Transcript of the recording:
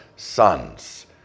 sons